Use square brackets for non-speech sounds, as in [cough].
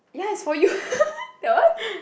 ya it's for you [laughs] that one